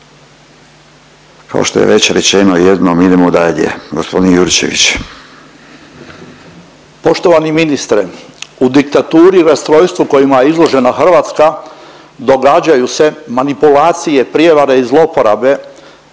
Kao što je već rečeno jednom idemo dalje. Gospodin Jurčević.